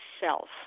self